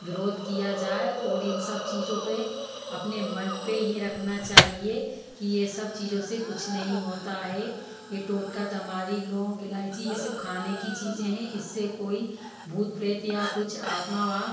विरोध किया जाए और इन सब चीज़ों पे अपने मन पे ये रखना चाहिए कि ये सब चीज़ों से कुछ नहीं होता है ये टोटका तमारी लौंग इलाइची ये सब खाने की चीज़ें हैं इससे कोई भूत प्रेत या कुछ आत्मा वहाँ